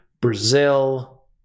Brazil